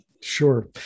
Sure